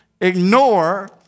ignore